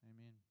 amen